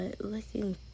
looking